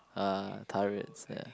uh turrets ya